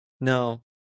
No